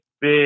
big